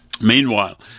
Meanwhile